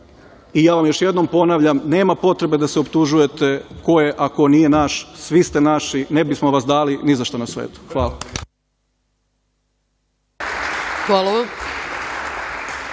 vam još jednom ponavljam, nema potrebe da se optužujete ko je, a ko nije naš, svi ste naši, ne bismo vas dali ni za šta na svetu. Hvala.